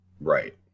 Right